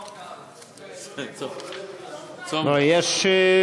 לא, יש.